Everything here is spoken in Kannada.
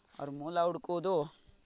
ಅವ್ರ ಮೂಲ ಹುಡುಕೋದು